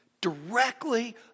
Directly